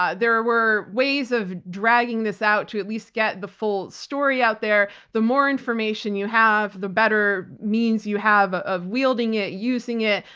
ah there were ways of dragging this out to at least get the full story out there. the more information you have, the better means you have of wielding it, using it,